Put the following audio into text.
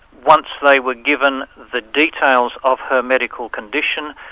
once they were given the details of her medical condition,